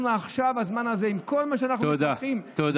עכשיו, בזמן הזה, עם כל מה שאנחנו מתווכחים, תודה.